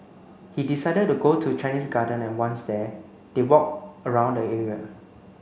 he decided go to Chinese Garden and once there they walked around the area